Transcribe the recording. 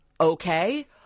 okay